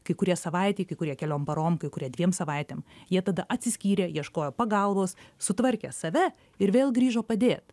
kai kurie savaitei kai kurie keliom parom kai kurie dviem savaitėm jie tada atsiskyrė ieškojo pagalbos sutvarkė save ir vėl grįžo padėt